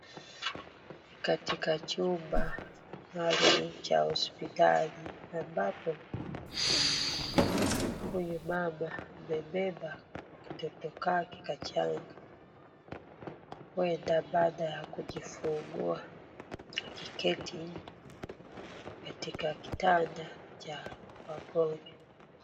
Katika chumba maalum cha hospitali ambapo huyu mama amebeba katoto kake kachanga huenda baada ya kujifungua akiketi katika kitanda cha wagonjwa.